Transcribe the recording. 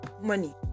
money